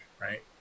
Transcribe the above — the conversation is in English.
right